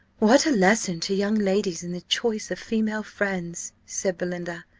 what a lesson to young ladies in the choice of female friends! said belinda.